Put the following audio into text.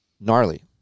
Gnarly